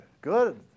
good